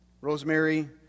Rosemary